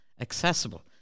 accessible